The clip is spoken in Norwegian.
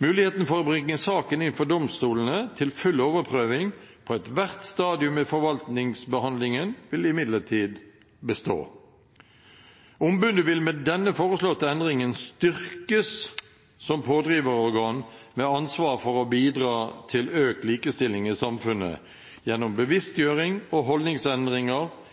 Muligheten for å bringe saken inn for domstolene til full overprøving på ethvert stadium i forvaltningsbehandlingen vil imidlertid bestå. Ombudet vil med den foreslåtte endringen styrkes som pådriverorgan med ansvar for å bidra til økt likestilling i samfunnet gjennom bevisstgjøring og holdningsendringer,